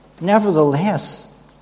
Nevertheless